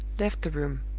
left the room.